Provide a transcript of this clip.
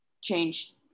change